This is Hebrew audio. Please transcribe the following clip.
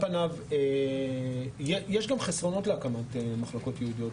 פניו יש גם חסרונות להקמת מחלקות ייעודיות,